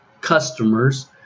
customers